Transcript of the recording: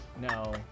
No